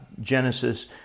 Genesis